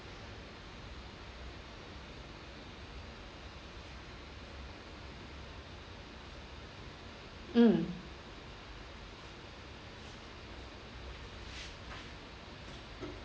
mm